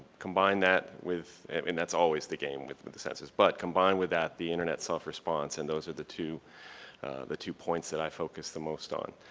combine that with and that's always the game with with the census, but combine with that the internet self response and those are the two the two points that i focus the most on.